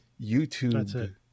YouTube